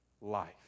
life